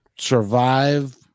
Survive